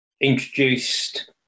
introduced